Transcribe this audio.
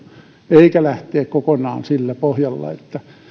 eikä lähteä kokonaan siltä pohjalta että